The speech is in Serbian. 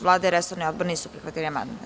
Vlada i resorni odbor nisu prihvatili amandman.